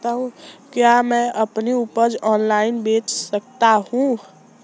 क्या मैं अपनी उपज ऑनलाइन बेच सकता हूँ?